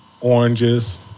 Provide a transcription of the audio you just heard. oranges